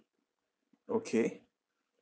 okay